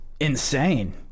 insane